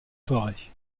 soirées